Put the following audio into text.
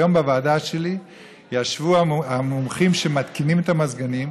היום בוועדה שלי ישבו המומחים שמתקינים את המזגנים.